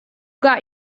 got